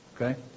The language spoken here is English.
Okay